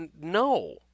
No